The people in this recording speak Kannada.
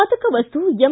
ಮಾದಕ ವಸ್ತು ಎಂ